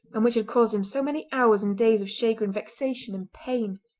and which had caused him so many hours and days of chagrin, vexation, and pain.